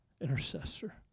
intercessor